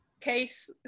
Case